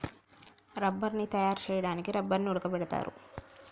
రబ్బర్ని తయారు చేయడానికి రబ్బర్ని ఉడకబెడతారు